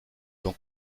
donc